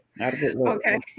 okay